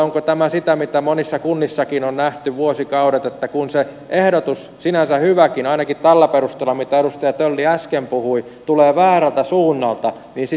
onko tämä sitä mitä monissa kunnissakin on nähty vuosikaudet että kun sinänsä hyväkin ehdotus ainakin tällä perusteella mitä edustaja tölli äsken puhui tulee väärältä suunnalta niin sitä ei kannateta